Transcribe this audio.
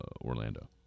Orlando